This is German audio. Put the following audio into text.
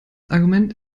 argument